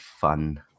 fun